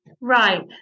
Right